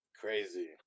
Crazy